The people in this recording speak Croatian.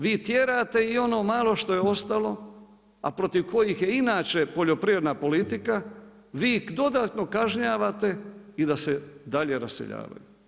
Vi tjerate i ono malo što je ostalo a protiv kojih je inače poljoprivredna politika, vi dodatno kažnjavate i da se dalje raseljavaju.